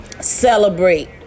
celebrate